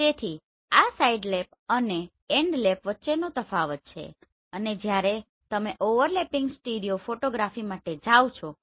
તેથી આ સાઇડલેપ અને એન્ડલેપ વચ્ચેનો તફાવત છે અને જ્યારે તમે ઓવરલેપિંગ સ્ટીરિયો ફોટોગ્રાફી માટે જાવ છો